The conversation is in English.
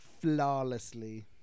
flawlessly